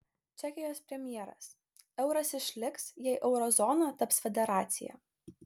čekijos premjeras euras išliks jei euro zona taps federacija